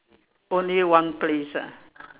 only one place ah